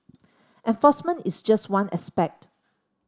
enforcement is just one aspect